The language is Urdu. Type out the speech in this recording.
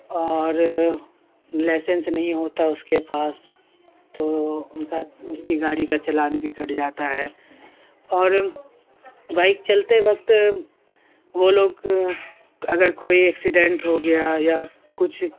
اور لائسنس نہیں ہوتا اس کے پاس تو ان کا اس کی گاڑی کا چلان بھی کٹ جاتا ہے اور بائک چلتے وقت وہ لوگ اگر کوئی ایکسیڈینٹ ہو گیا یا کچھ